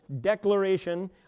declaration